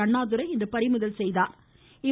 அண்ணாதுரை இன்று பறிமுதல் செய்தாா்